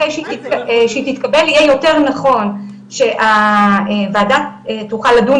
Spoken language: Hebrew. אחרי שהיא תתקבל יהיה יותר נכון שהוועדה תוכל לדון